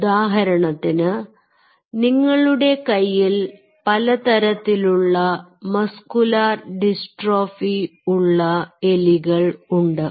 ഉദാഹരണത്തിന് നിങ്ങളുടെ കയ്യിൽ പലതരത്തിലുള്ള മസ്കുലർ ഡിസ്ട്രോഫി ഉള്ള എലികൾ ഉണ്ട്